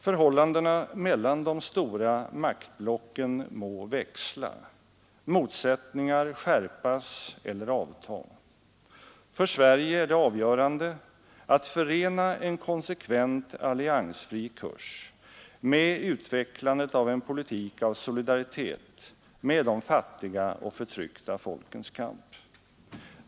Förhållandena mellan de stora maktblocken må växla, motsättningar skärpas eller avta — för Sverige är det avgörande att förena en konsekvent alliansfri kurs med utvecklandet av en politik av solidaritet med de fattiga och de förtryckta folkens kamp.